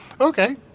Okay